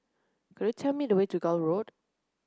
could you tell me the way to Gul Road